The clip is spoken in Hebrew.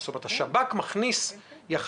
זאת אומרת, השב"כ מכניס יחסית